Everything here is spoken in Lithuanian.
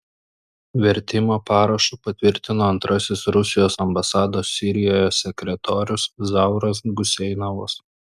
vertimą parašu patvirtino antrasis rusijos ambasados sirijoje sekretorius zauras guseinovas